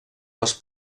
les